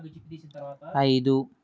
ఐదు